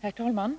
Herr talman!